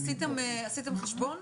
עשיתם חשבון?